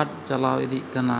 ᱟᱫ ᱪᱟᱞᱟᱭ ᱤᱫᱤᱜ ᱠᱟᱱᱟ